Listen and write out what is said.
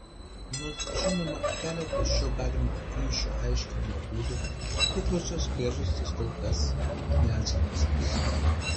nors žinoma keletas šio galimo ryšio aiškinimo būdų tikrosios priežastys kol kas neatskleistos